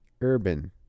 urban